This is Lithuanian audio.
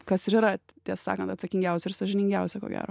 kas ir yra tiesa sakant atsakingiausia ir sąžiningiausia ko gero